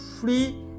free